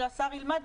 כשהשר ילמד,